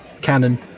canon